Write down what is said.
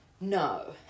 No